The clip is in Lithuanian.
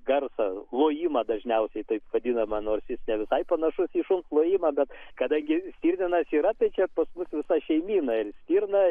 garsą lojimą dažniausiai taip vadinamą nors ir ne visai panašus į šuns lojimą bet kadangi stirninas yra tai čia pas mus visa šeimyna ir stirna